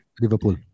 Liverpool